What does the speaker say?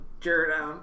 Jared